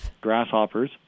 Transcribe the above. Grasshoppers